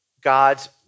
God's